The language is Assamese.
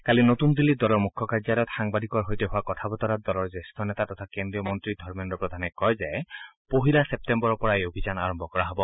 কালি নতুন দিল্লীত দলৰ মুখ্য কাৰ্যালয়ত সাংবাদিকৰ সৈতে হোৱা কথা বতৰাত দলৰ জ্যেষ্ঠ নেতা তথা কেন্দ্ৰীয় মন্ত্ৰী ধৰ্মেন্দ্ৰ প্ৰধানে কয় যে পহিলা চেপ্তেম্বৰৰ পৰা এই অভিযান আৰম্ভ কৰা হ'ব